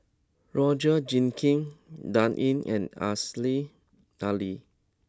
Roger Jenkins Dan Ying and Aziza Ali